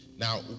Now